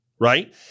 right